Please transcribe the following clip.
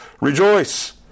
rejoice